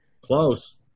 Close